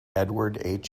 edward